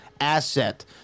asset